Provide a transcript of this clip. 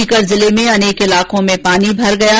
सीकर जिले में अनेक इलाकों में पानी भर गया है